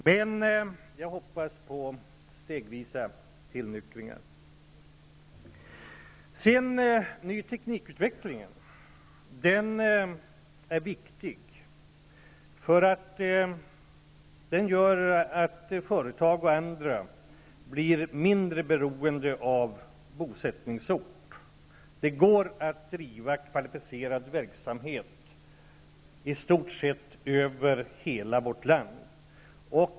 Men jag hoppas på stegvisa tillnyktringar. Att utveckla ny teknik är viktigt, för det gör att företagen blir mindre beroende av bosättningsort. Det går att bedriva kvalificerad verksamhet i stort sett över hela vårt land.